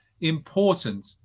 important